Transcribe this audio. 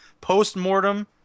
post-mortem